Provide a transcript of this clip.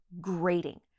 grating